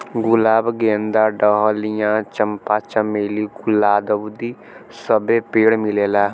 गुलाब गेंदा डहलिया चंपा चमेली गुल्दाउदी सबे पेड़ मिलेला